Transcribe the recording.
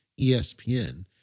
ESPN